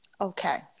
okay